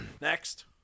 Next